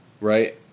right